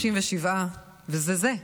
137. וזה זה.